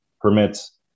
permits